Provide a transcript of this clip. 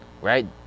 Right